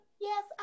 yes